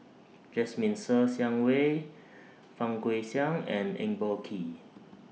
Jasmine Ser Xiang Wei Fang Guixiang and Eng Boh Kee